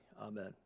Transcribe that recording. amen